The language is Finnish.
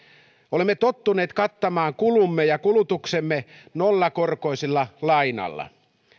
olemme tottuneet kattamaan kulumme ja kulutuksemme nollakorkoisella lainalla